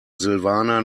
silvana